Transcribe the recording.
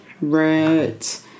right